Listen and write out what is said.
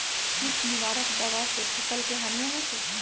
किट निवारक दावा से फसल के हानियों होतै?